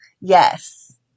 yes